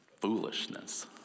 Foolishness